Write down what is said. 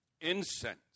incense